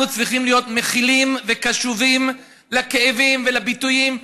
אנחנו צריכים להיות מכילים וקשובים לכאבים ולביטויים,